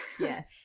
Yes